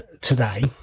today